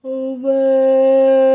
over